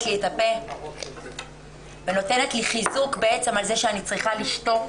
לי את הפה ונותנת לי חיזוק בעצם על זה שאני צריכה לשתוק,